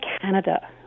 Canada